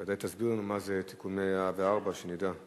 ודאי תסביר לנו מה זה תיקון 104, שנדע.